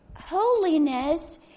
Holiness